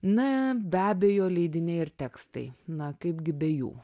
na be abejo leidiniai ir tekstai na kaipgi be jų